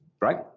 right